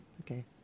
Okay